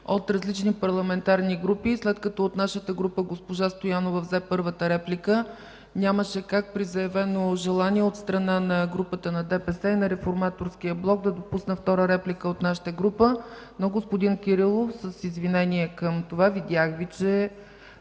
от различни парламентарни групи, след като от нашата група госпожа Стоянова взе първата реплика, нямаше как при заявено желание от страна на групата на ДПС и на Реформаторския блок да допусна втора реплика от нашата група. Господин Кирилов, с извинение – видях Ви, ще